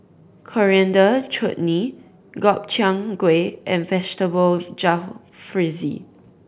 Coriander Chutney Gobchang Gui and Vegetable Jalfrezi